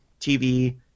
TV